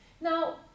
Now